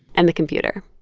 and the computer